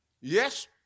Yes